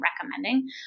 recommending